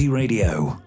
Radio